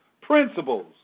principles